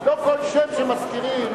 לא כל שם שמזכירים,